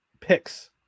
picks